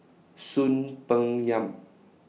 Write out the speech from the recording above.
Soon Peng Yam